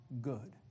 good